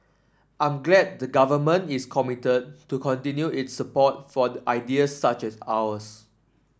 I'm glad the Government is committed to continue its support for ideas such as ours